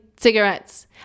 cigarettes